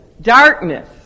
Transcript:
darkness